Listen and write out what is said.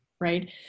right